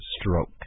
stroke